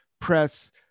press